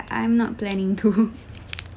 I'm not planning to